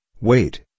wait